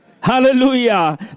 hallelujah